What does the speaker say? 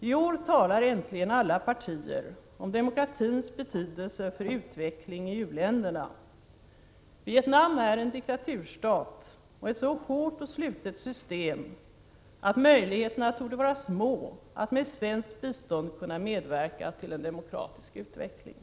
I år talar äntligen alla partier om demokratins betydelse för utvecklingen i u-länderna. Vietnam är en diktaturstat och ett så hårt och slutet system att möjligheterna torde vara små att med svenskt bistånd kunna medverka till en demokratisk utveckling.